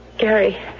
Gary